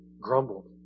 grumbled